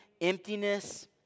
emptiness